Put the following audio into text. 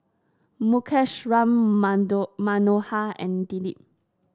Mukesh Ram Manto Manohar and Dilip